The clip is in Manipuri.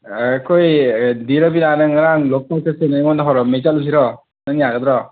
ꯑꯩꯈꯣꯏ ꯗꯤꯔꯣꯕꯤꯅꯥꯅ ꯉꯔꯥꯡꯗꯣ ꯀꯣꯏ ꯆꯠꯁꯦꯅ ꯑꯩꯉꯣꯟꯗ ꯍꯧꯔꯛꯥꯝꯃꯦ ꯆꯠꯂꯨꯁꯤꯔꯣ ꯅꯪ ꯌꯥꯒꯗ꯭ꯔꯣ